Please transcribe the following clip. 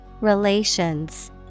Relations